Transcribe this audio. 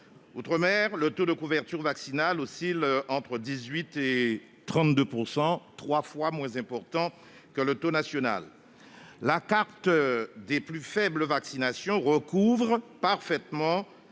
Outre-mer, le taux de couverture vaccinale oscille entre 18 % et 32 %, soit trois fois moins que le taux national. La carte des plus faibles vaccinations recouvre parfaitement